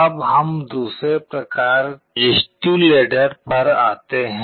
अब हम दूसरे प्रकार रजिस्टिव लैडर पर आते हैं